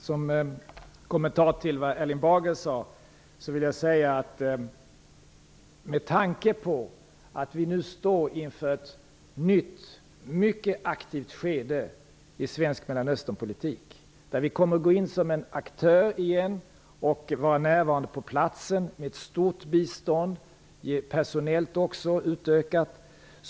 Fru talman! Jag vill först ge en kommentar till vad Erling Bager sade. Vi står nu inför ett nytt, mycket aktivt skede i svensk Mellanösternpolitik. Vi kommer på nytt att gå in som en aktör och vara närvarande på platsen med ett stort bistånd och med en utökad personal.